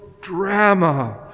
drama